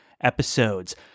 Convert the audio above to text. episodes